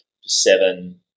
seven